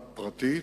פרטית.